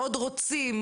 מאוד רוצים,